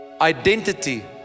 identity